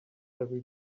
every